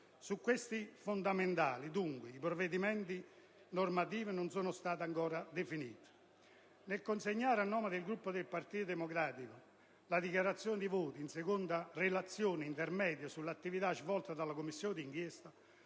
Su aspetti fondamentali, dunque, i provvedimenti normativi non sono ancora stati definiti. Nell'effettuare, a nome del Gruppo del Partito Democratico, la dichiarazione di voto sulla seconda relazione intermedia sull'attività svolta dalla Commissione d'inchiesta,